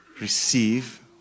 receive